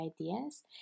ideas